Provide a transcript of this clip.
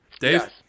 dave